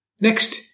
Next